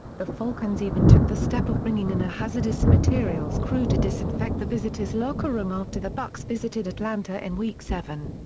the falcons even took the step of bringing in a hazardous materials crew to disinfect the visitor's locker room after the bucs' visited atlanta in week seven.